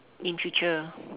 in future